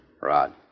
Rod